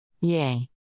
Yay